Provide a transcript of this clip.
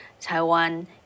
Taiwan